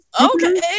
Okay